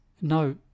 No